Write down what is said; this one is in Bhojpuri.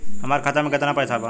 हमार खाता में केतना पैसा बा?